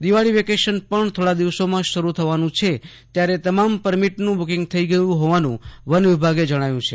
Diwali vacation પણ થોડા દિવસોમાં શરૂ થવાનું છે ત્યારે તમામ પરમીટનું બુકિંગ થઇ ગયું હોવાનું વનવિભાગે જજ્ઞાવ્યું છે